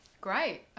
great